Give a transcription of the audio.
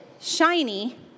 shiny